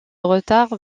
retard